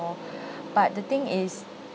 but the thing is